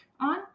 on